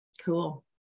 Cool